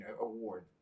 Award